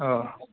औ